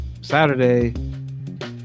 Saturday